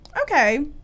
Okay